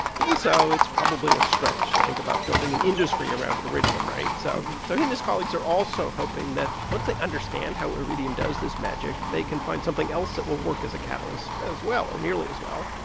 even so, it's probably a stretch to think about building an industry around iridium, right? so so he and his colleagues are also hoping that once they understand how iridium iridium does this magic, they can find something else that will work as a catalyst as well or nearly as well